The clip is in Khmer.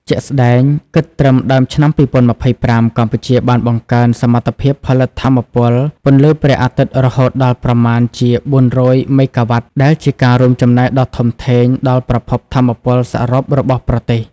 ជាក់ស្តែង គិតត្រឹមដើមឆ្នាំ២០២៥ កម្ពុជាបានបង្កើនសមត្ថភាពផលិតថាមពលពន្លឺព្រះអាទិត្យរហូតដល់ប្រមាណជា ៤០០ មេហ្គាវ៉ាត់ ដែលជាការរួមចំណែកដ៏ធំធេងដល់ប្រភពថាមពលសរុបរបស់ប្រទេស។